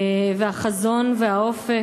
והחזון, והאופק,